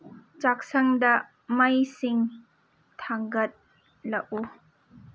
ꯆꯥꯛꯁꯪꯗ ꯃꯩꯁꯤꯡ ꯊꯥꯡꯒꯠꯂꯛꯎ